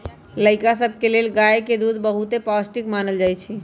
लइका सभके लेल गाय के दूध बहुते पौष्टिक मानल जाइ छइ